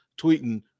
tweeting